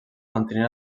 mantenia